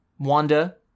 wanda